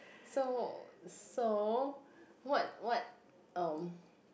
so so what what um